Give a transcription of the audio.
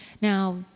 Now